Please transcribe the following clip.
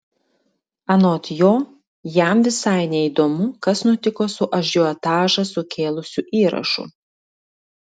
anot jo jam visai neįdomu kas nutiko su ažiotažą sukėlusiu įrašu